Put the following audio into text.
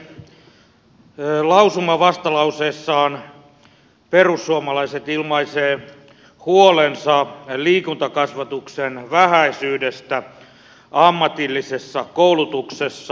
lausumavastalauseessaan perussuomalaiset ilmaisee huolensa liikuntakasvatuksen vähäisyydestä ammatillisessa koulutuksessa